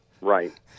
Right